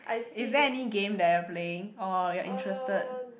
is there any game that you're playing or you're interested